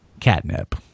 catnip